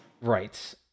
Right